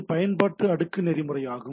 இது பயன்பாட்டு அடுக்கு நெறிமுறையாகும்